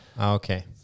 Okay